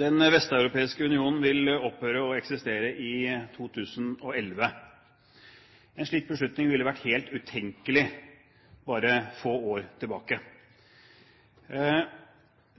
Den vesteuropeiske union vil opphøre å eksistere i 2011. En slik beslutning ville vært helt utenkelig bare få år tilbake.